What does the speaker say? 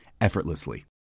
effortlessly